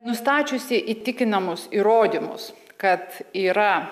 nustačiusi įtikinamus įrodymus kad yra